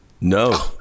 No